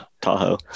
tahoe